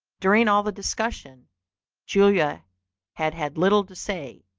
during all the discussion julia had had little to say,